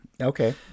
Okay